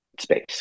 space